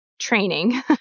Training